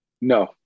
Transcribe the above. No